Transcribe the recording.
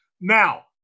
Now